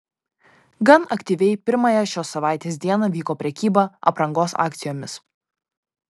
gan aktyviai pirmąją šios savaitės dieną vyko prekyba aprangos akcijomis